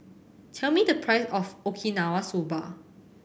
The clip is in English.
tell me the price of Okinawa Soba